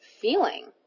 feeling